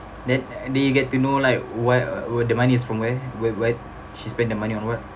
then and then you get to know like why uh the money is from where where where she spent the money on what